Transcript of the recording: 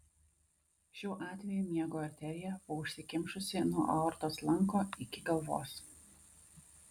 šiuo atveju miego arterija buvo užsikimšusi nuo aortos lanko iki galvos